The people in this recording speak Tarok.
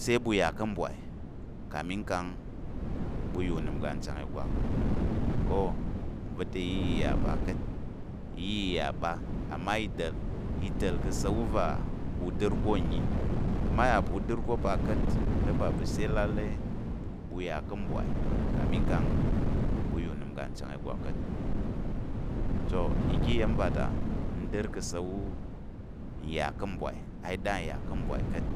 Sai ɓu ya ká̱ mbwai kamin kang ɓu yà unəm uga nchang ìgwak, o'o nva̱ ta iya i yà pa ka̱t, amma i dəl i ta̱l ka̱ asa̱l- wu a u dər ko nnyi amma a yà pa̱ u dər ko pa ka̱t, te ba pa̱ sai lale ɓu yà ka̱ mbwai kamin kang ɓu yà unəm uga nchang ìgwak ka̱t, oga iya̱m va ta n dər ka̱ asa̱l- wu n yà ká̱ mbwai either n yà ka̱ mbwai ka̱t.